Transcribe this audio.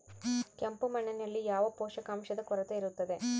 ಕೆಂಪು ಮಣ್ಣಿನಲ್ಲಿ ಯಾವ ಪೋಷಕಾಂಶದ ಕೊರತೆ ಇರುತ್ತದೆ?